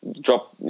Drop